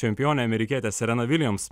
čempionė amerikietė sirena viljams